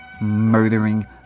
murdering